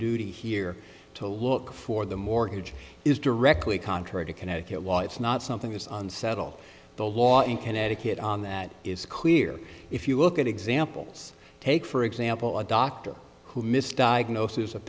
duty here to look for the mortgage is directly contrary to connecticut law it's not something it's on settle the law in connecticut on that is clear if you look at examples take for example a doctor who misdiagnosis